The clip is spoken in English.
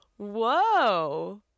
Whoa